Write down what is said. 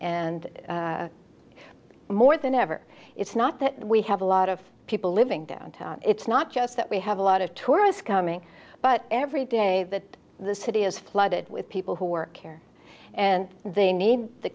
and more than ever it's not that we have a lot of people living downtown it's not just that we have a lot of tourists coming but every day that the city is flooded with people who work here and they need the